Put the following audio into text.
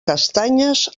castanyes